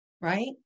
right